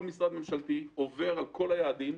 כל משרד ממשלתי עובר על כל היעדים,